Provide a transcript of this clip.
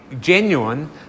genuine